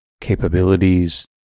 capabilities